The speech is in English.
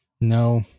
No